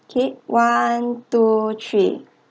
okay one two three